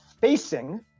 facing